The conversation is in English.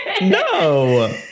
No